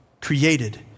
created